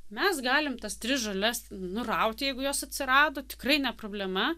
mes galim tas tris žoles nuraut jeigu jos atsirado tikrai ne problema